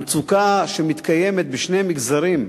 המצוקה מתקיימת בשני מגזרים: